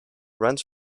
runs